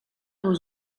aux